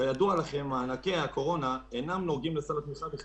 מענקי הקורונה אינם נוגעים לסל התמיכה,